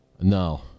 No